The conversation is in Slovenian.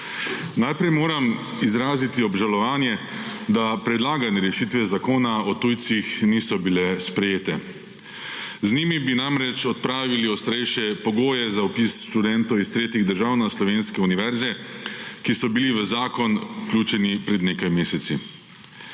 Najprej moram izraziti obžalovanje, da predlagane rešitve Zakona o tujcih niso bile sprejete. Z njimi bi namreč odpravili ostrejše pogoje za vpis študentov iz tretjih držav na slovenske univerze, ki so bili v zakon vključeni pred nekaj meseci.